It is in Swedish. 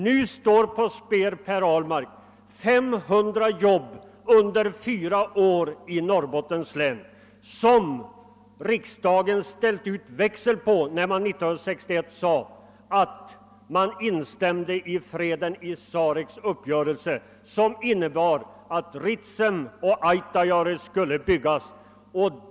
Nu står på spel, Per Ahlmark, 500 jobb under fyra år i Norrbotten, som riksdagen ställt ut växel på, när man 1961 sade att man instämde i den uppgörelse som kallas freden i Sarek och som innebar, att Ritsem och Autajaure skulle byggas ut.